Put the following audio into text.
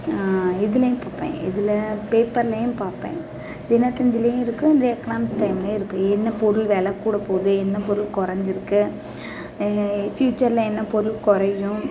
இதிலையும் பார்ப்பேன் எதில் பேப்பர்லையும் பார்ப்பேன் தினத்தந்திலையும் இருக்கும் த எக்கனாமிஸ் டைம்லையும் இருக்குது என்ன பொருள் வில கூட போது என்ன பொருள் குறஞ்சிருக்கு ஃப்யூச்சர்ல என்ன பொருள் குறையும்